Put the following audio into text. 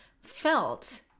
felt